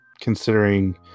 considering